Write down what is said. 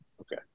Okay